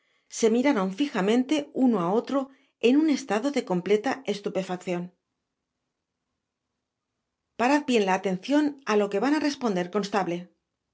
se miraron fijamente uno á otro en un estado de completa estupefaccion parad bien la atencion á lo que van á responder constable